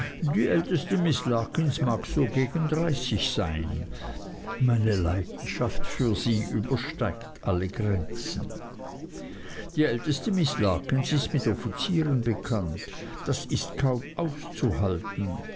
die älteste miß larkins mag so gegen dreißig sein meine leidenschaft für sie übersteigt alle grenzen die älteste miß larkins ist mit offizieren bekannt das ist kaum auszuhalten